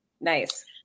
Nice